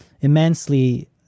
Immensely